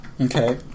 Okay